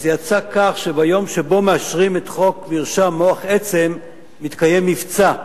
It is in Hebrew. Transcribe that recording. זה יצא כך שביום שבו מאשרים את חוק מרשם מוח עצם מתקיים מבצע.